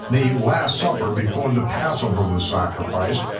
the last supper before the passover was sacrificed,